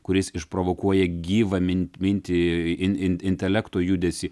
kuris išprovokuoja gyvą mintį in in intelekto judesį